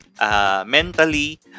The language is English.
mentally